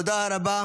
תודה רבה.